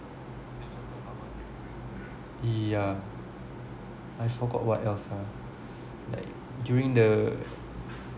yeah I forgot what else ah like during the